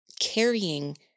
carrying